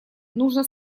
нужно